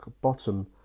bottom